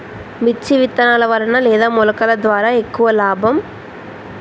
మిర్చి విత్తనాల వలన లేదా మొలకల ద్వారా ఎక్కువ లాభం?